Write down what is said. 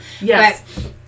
Yes